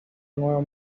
nueva